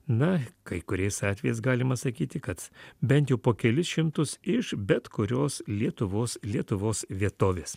na kai kuriais atvejais galima sakyti kad bent jau po kelis šimtus iš bet kurios lietuvos lietuvos vietovės